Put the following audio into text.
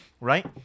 right